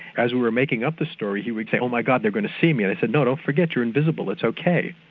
as we were making up the story he would say oh my god, they're going to see me. and i said no, don't forget, you're invisible, it's ok.